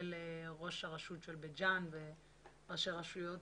כולל ראש הרשות של בית ג'אן וראשי רשויות